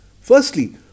Firstly